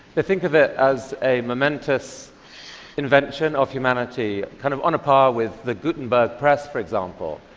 they think of it as a momentous invention of humanity, kind of on a par with the gutenberg press, for example.